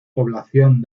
población